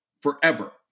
forever